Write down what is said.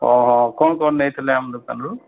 ହଁ କ'ଣ କ'ଣ ନେଇଥିଲେ ଆମ ଦୋକାନରୁ